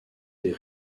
des